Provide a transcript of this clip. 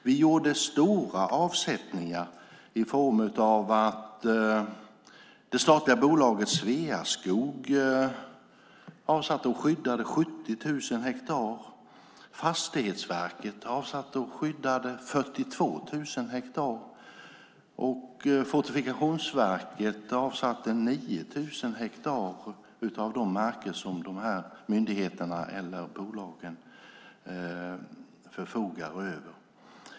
Vi gjorde stora avsättningar i form av att det statliga bolaget Sveaskog avsatte och skyddade 70 000 hektar, Fastighetsverket 42 000 hektar och Fortifikationsverket 9 000 hektar av de marker som myndigheterna eller bolagen förfogar över.